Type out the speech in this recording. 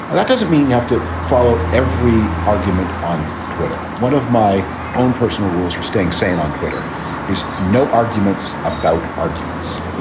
and that doesn't mean you have to follow every argument on twitter. one of my own personal rules for staying sane on twitter is no arguments about arguments.